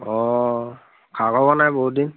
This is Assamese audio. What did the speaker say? অঁ খা খবৰ নাই বহুত দিন